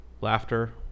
laughter